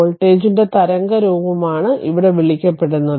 വോൾട്ടേജിന്റെ തരംഗരൂപമാണ് ഇവിടെ വിളിക്കപ്പെടുന്നത്